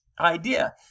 idea